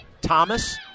Thomas